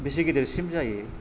बेसे गिदिरसिम जायो